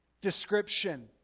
description